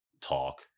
talk